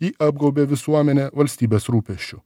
ji apgaubia visuomenę valstybės rūpesčiu